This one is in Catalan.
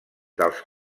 dels